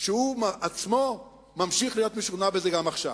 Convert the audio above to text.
שהוא עצמו ממשיך להיות משוכנע בזה גם עכשיו.